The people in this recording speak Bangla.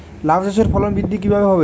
লাউ চাষের ফলন বৃদ্ধি কিভাবে হবে?